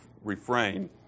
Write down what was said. refrain